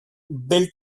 built